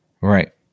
Right